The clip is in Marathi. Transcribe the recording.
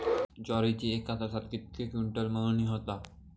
ज्वारीची एका तासात कितके क्विंटल मळणी होता?